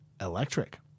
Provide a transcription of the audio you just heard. electric